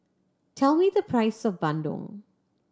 tell me the price of bandung